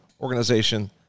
organization